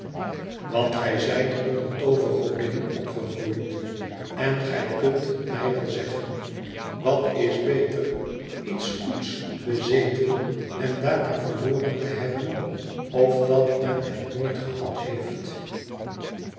want gij ijt onder toovergodinnen opgegroeid en gij kunt het mij wel zeggen wat is beter iets goeds bezeten en daarna verloren te hebben of dat men het nooit gehad heeft